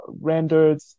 rendered